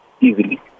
easily